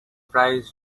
prize